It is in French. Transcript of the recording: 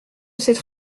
cette